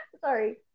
Sorry